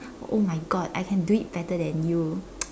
oh my god I can do it better than you